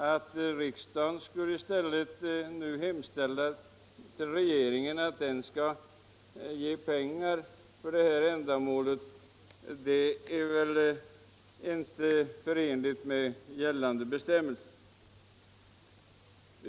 Att riksdagen hemställer till regeringen att utge pengar för det här ändamålet är inte förenligt med gällande bestämmelser.